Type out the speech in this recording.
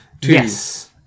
Yes